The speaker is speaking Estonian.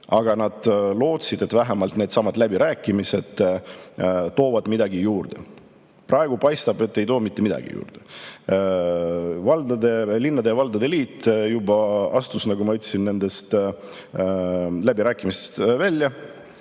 Aga nad lootsid, et vähemalt needsamad läbirääkimised toovad midagi juurde. Praegu paistab, et ei too mitte midagi juurde. Linnade ja valdade liit juba astus, nagu ma ütlesin, nendest läbirääkimistest välja,